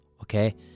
Okay